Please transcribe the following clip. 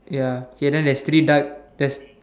ya okay then there's three duck there's